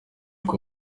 uko